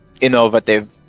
Innovative